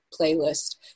playlist